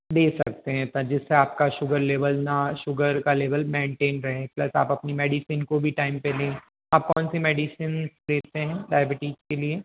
दे सकते हैं पर जिससे आप का शुगर लेवल न शुगर का लेवल मेंनटेन रहे प्लस आप अपनी मेडिसिन को भी टाइम पर लें आप कौन सी मेडिसिन लेते हैं डायबिटीज़ के लिए